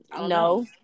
No